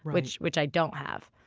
which which i don't have.